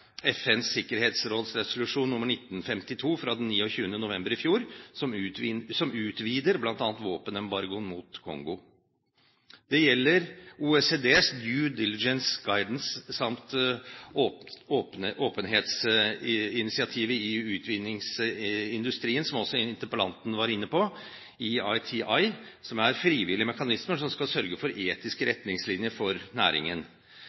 FNs Sikkerhetsråds resolusjon 1952 fra den 29. november i fjor, som utvider bl.a. våpenembargoen mot Kongo. Det gjelder OECD Due Diligence Guidance samt initiativet til Åpenhet i utvinningsindustrien – EITI – som også interpellanten var inne på, som er frivillige mekanismer som skal sørge for etiske retningslinjer for næringen.